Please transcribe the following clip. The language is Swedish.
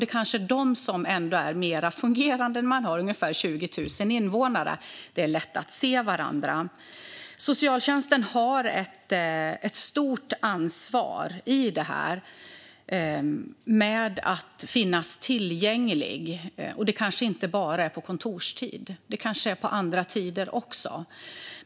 Det är kanske dessa som är mer fungerande, när man har ungefär 20 000 invånare och det är lätt att se varandra. Socialtjänsten har ett stort ansvar i detta med att finnas tillgänglig, kanske inte bara på kontorstid utan även på andra tider.